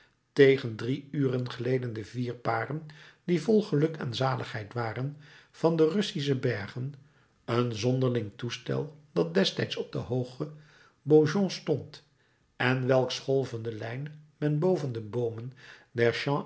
tegen drie uren gleden de vier paren die vol geluk en zaligheid waren van de russische bergen een zonderling toestel dat destijds op de hoogte beaujon stond en welks golvende lijn men boven de boomen